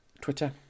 Twitter